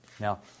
Now